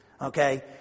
okay